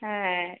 ஆ